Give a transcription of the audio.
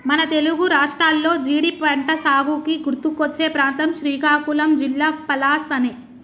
మన తెలుగు రాష్ట్రాల్లో జీడి పంటసాగుకి గుర్తుకొచ్చే ప్రాంతం శ్రీకాకుళం జిల్లా పలాసనే